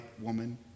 woman